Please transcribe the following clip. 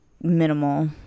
minimal